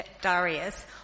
Darius